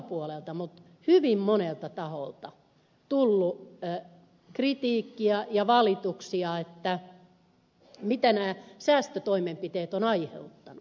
täällä on hyvin monelta taholta tullut kritiikkiä ja valituksia siitä mitä nämä säästötoimenpiteet ovat aiheuttaneet